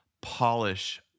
polish